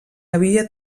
havia